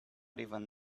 even